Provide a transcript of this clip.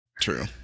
true